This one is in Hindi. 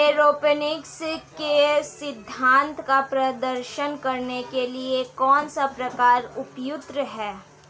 एयरोपोनिक्स के सिद्धांत का प्रदर्शन करने के लिए कौन सा प्रकार उपयुक्त है?